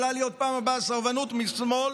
בפעם הבאה יכולה להיות סרבנות משמאל,